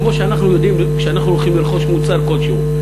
כמו שאנחנו יודעים כשאנחנו הולכים לרכוש מוצר כלשהו,